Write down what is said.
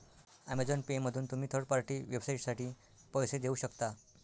Amazon पेमधून तुम्ही third party वेबसाइटसाठी पैसे देऊ शकता